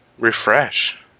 Refresh